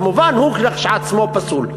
כמובן, הוא כשלעצמו פסול.